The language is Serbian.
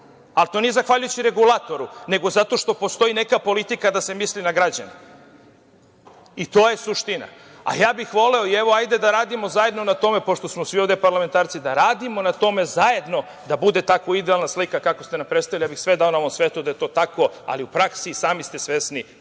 ali to nije zahvaljujući regulatoru, nego zato što postoji neka politika da se misli na građane i to je suština. Ja bih voleo i evo, hajde, da radimo zajedno na tome, pošto smo svi ovde parlamentarci, da radimo na tome zajedno da bude tako idealna slika kakvu ste nam predstavili. Sve bih dao na ovom svetu da je to tako, ali u praksi, sami ste svesni,